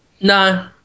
No